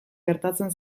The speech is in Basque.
gertatzen